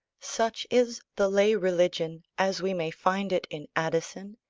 such is the lay religion, as we may find it in addison,